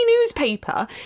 newspaper